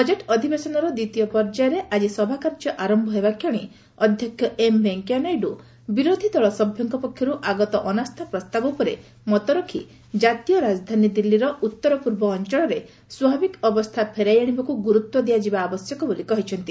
budget ଅଧିବେଶନର ଦ୍ୱିତୀୟ ପର୍ଯ୍ୟାୟରେ ଆଜି ସଭାକାର୍ଯ୍ୟ ଆରମ୍ଭ ହେବା କ୍ଷଣି ଅଧ୍ୟକ୍ଷ ଏମ୍ ଭେଙ୍କେୟା ନାଇଡୁ ବିରୋଧୀ ଦଳ ସଭ୍ୟଙ୍କ ପକ୍ଷରୁ ଆଗତ ଅନାସ୍ଥା ପ୍ରସ୍ତାବ ଉପରେ ମତ ରଖି ଜାତୀୟ ରାଜଧାନୀ ଦିଲ୍ଲୀର ଉତ୍ତର ପୂର୍ବ ଅଞ୍ଚଳରେ ସ୍ୱାଭାବିକ ଅବସ୍ଥା ଫେରାଇ ଆଣିବାକୁ ଗୁରୁତ୍ୱ ଦିଆଯିବା ଆବଶ୍ୟକ ବୋଲି କହିଛନ୍ତି